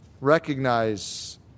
Recognize